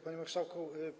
Panie Marszałku!